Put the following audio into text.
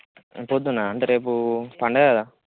రేపు పొద్దున అంటే రేపు పండగ కదా